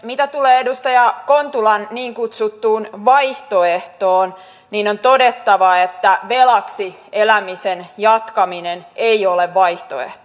mitä tulee edustaja kontulan niin kutsuttuun vaihtoehtoon niin on todettava että velaksi elämisen jatkaminen ei ole vaihtoehto